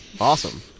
Awesome